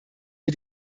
wir